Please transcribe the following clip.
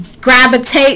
gravitate